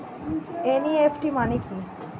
NEFT মানে কি?